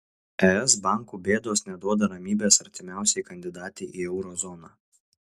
es bankų bėdos neduoda ramybės artimiausiai kandidatei į euro zoną